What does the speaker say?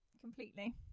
completely